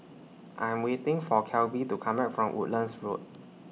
I Am waiting For Kelby to Come Back from Woodlands Road